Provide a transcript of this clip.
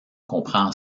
comprend